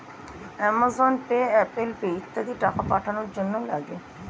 Amazon pay, Apple pay ইত্যাদি টাকা পাঠানোর জন্যে লাগে